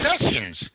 Sessions